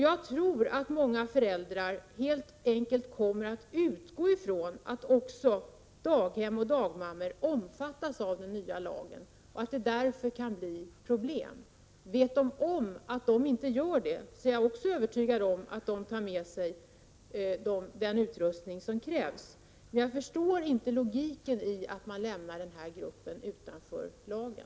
Jag tror som sagt att många föräldrar helt enkelt kommer att utgå ifrån att också daghem och dagmammor omfattas av den nya lagen och att det därför kan uppstå problem. Om föräldrarna vet att dessa inte omfattas av lagen, är också jag övertygad om att föräldrarna tar med sig den utrustning som krävs, Men jag förstår inte logiken i att man lämnar denna grupp utanför lagen.